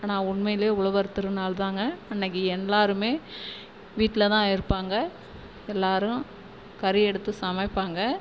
ஆனால் உண்மையில் உழவர் திருநாள்தாங்க அன்றைக்கி எல்லோருமே வீட்டில்தான் இருப்பாங்க எல்லோரும் கறி எடுத்து சமைப்பாங்க